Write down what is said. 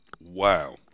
Wow